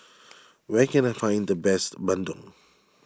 where can I find the best Bandung